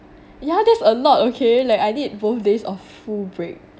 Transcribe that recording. yeah that's a lot okay like I need both days of full break